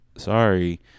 Sorry